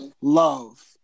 love